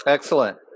Excellent